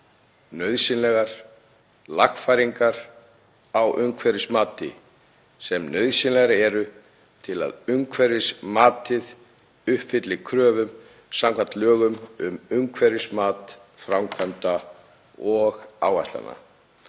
verði allar lagfæringar á umhverfismati sem nauðsynlegar eru til að umhverfismatið uppfylli kröfur samkvæmt lögum um umhverfismat framkvæmda og áætlana.